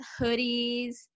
hoodies